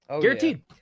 Guaranteed